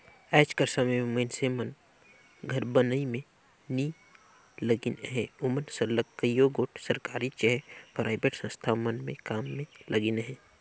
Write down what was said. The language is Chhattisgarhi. आएज कर समे में मइनसे मन घर बनई में ही नी लगिन अहें ओमन सरलग कइयो गोट सरकारी चहे पराइबेट संस्था मन में काम में लगिन अहें